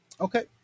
Okay